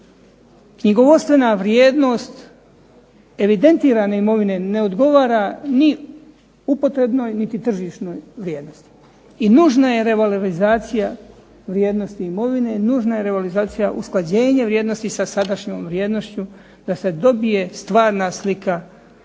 knjigovodstvena vrijednost evidentirane imovine ne odgovara ni upotrebnoj niti tržišnoj vrijednosti i nužna je revalorizacija vrijednosti imovine, nužna je revalorizacija usklađenja vrijednosti sa sadašnjom vrijednošću da se dobije stvarna slika o